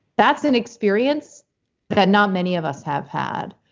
that's an experience that not many of us have had.